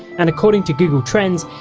and according to google trends,